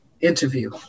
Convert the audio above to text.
interview